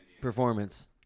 performance